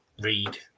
read